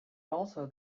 also